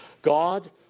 God